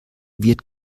wird